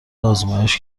آزمایش